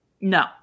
No